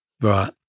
right